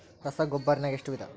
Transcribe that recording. ರಸಗೊಬ್ಬರ ನಾಗ್ ಎಷ್ಟು ವಿಧ?